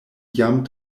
jam